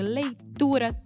leitura